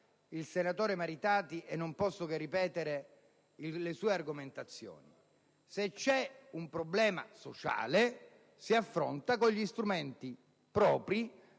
il senatore Maritati ed io non posso che ripetere le sue argomentazioni: se c'è un problema sociale si deve affrontare con gli strumenti propri